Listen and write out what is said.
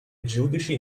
giudici